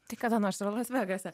tai kada nors ir las vegase